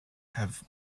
have